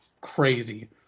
crazy